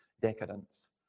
decadence